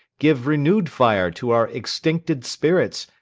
give renew'd fire to our extincted spirits,